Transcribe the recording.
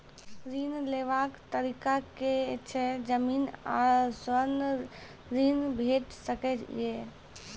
ऋण लेवाक तरीका की ऐछि? जमीन आ स्वर्ण ऋण भेट सकै ये?